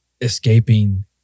escaping